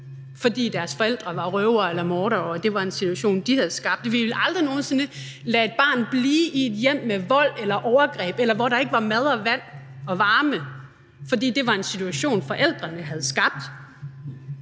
fordi deres forældre var røvere eller mordere, og det var en situation, de havde skabt. Vi ville aldrig nogen sinde lade et barn blive i et hjem med vold eller overgreb, eller hvor der ikke var mad, vand og varme, fordi det var en situation, forældrene havde skabt.